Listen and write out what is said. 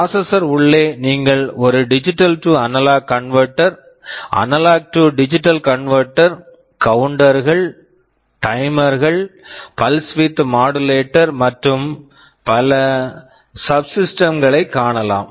processor processor உள்ளே நீங்கள் ஒரு digital to analog converter digital to analog converter analog to digital converter analog to digital converter counter counters கள் timer timers கள் pulse width modulator pulse width modulator மற்றும் பல subsystems sub systems களைக் காணலாம்